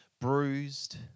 bruised